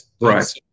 Right